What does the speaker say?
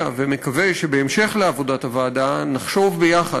ומקווה שבהמשך לעבודת הוועדה נחשוב ביחד,